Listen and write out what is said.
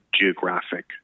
geographic